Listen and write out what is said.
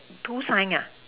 two sign ah